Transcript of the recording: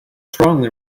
strongly